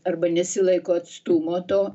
arba nesilaiko atstumo to